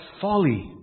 folly